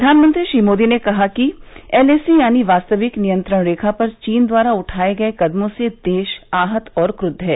प्रधानमंत्री श्री मोदी ने कहा कि एल ए सी यानी वास्तविक नियंत्रण रेखा पर चीन द्वारा उठाए गये कदमों से देश आहत और क्रूद्व है